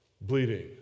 bleeding